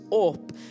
up